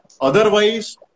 Otherwise